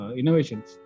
innovations